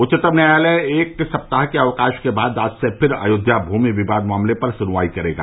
उच्चतम न्यायालय एक सप्ताह के अवकाश के बाद आज से फिर अयोध्या भूमि विवाद मामले पर सुनवाई करेगा